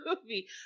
movie